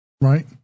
right